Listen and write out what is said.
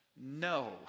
No